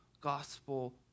gospel